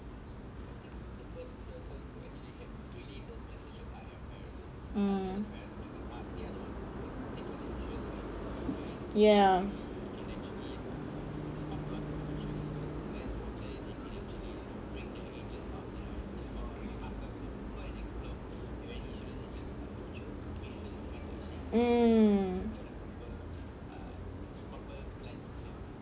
um ya um